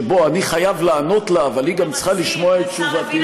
שבו אני חייב לענות לה אבל היא גם צריכה לשמוע את תשובתי,